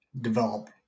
develop